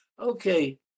Okay